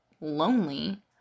lonely